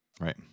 right